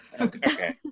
Okay